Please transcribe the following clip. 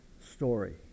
story